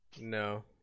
No